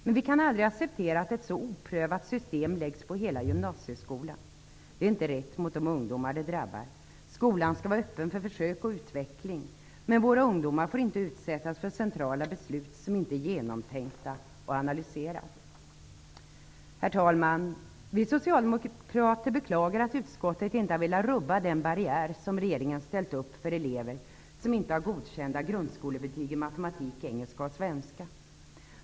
Men vi kan aldrig acceptera att ett så oprövat system läggs på hela gymnasieskolan. Det är inte rätt mot de ungdomar det drabbar. Skolan skall vara öppen för försök och utveckling, men våra ungdomar får inte utsättas för centrala beslut som inte är genomtänkta och analyserade. Herr talman! Vi socialdemokrater beklagar att utskottet inte har velat rubba den barriär som regeringen ställt upp för elever som inte har godkända grundskolebetyg i matematik, engelska och svenska.